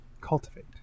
cultivate